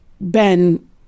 Ben